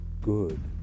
good